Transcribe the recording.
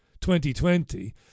2020